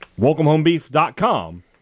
welcomehomebeef.com